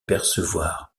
percevoir